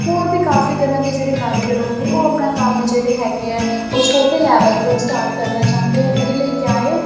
ਹੋਰ ਵੀ ਕਾਫੀ ਦਿਨਾਂ ਦੇ ਜਿਹੜੇ ਕਾਰੀਗਰ ਹੋ ਗਏ ਉਹ ਆਪਣਾ ਕੰਮ ਜਿਹੜੇ ਹੈਗੇ ਆ ਉਹ ਛੋਟੇ ਲੈਵਲ ਤੋਂ ਸਟਾਰਟ ਕਰਨਾ ਚਾਹੁੰਦੇ ਆ ਉਹਦੇ ਲਈ ਕਿਆ ਹ